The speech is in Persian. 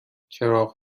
چراغ